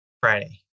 Friday